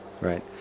Right